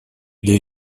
для